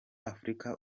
afurika